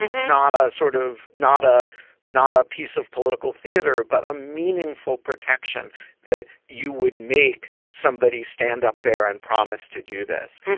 not sort of not a not a piece of political theater, but a meaningful protection that you would make somebody stand up there and promise to do this.